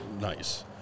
nice